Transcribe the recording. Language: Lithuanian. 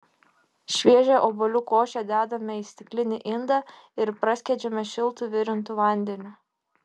šviežią obuolių košę dedame į stiklinį indą ir praskiedžiame šiltu virintu vandeniu